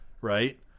right